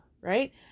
right